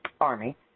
Army